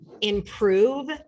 improve